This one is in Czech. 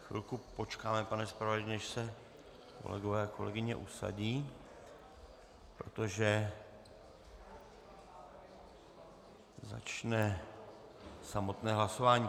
Chvilku počkáme, pane zpravodaji, než se kolegyně a kolegové usadí, protože začne samotné hlasování.